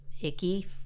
icky